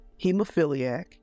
hemophiliac